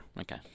Okay